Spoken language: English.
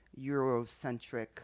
Eurocentric